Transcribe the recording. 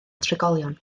trigolion